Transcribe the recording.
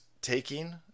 taking